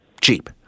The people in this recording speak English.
cheap